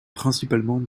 principalement